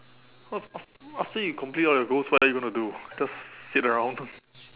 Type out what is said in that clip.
af~ af~ after you complete all your goals what are you going to do just sit around